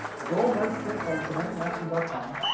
go right click on semantic mastery but comm